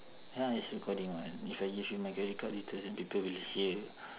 ya it's recording [what] if I give you my credit card details then people will hear